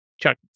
Chuck